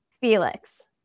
Felix